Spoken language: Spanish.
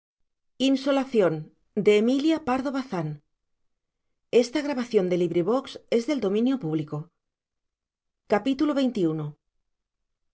amorosa emilia pardo bazán